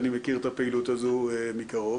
אני מכיר את הפעילות הזו מקרוב.